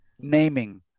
naming